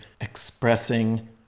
expressing